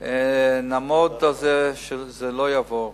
נעמוד על זה שזה לא יעבור.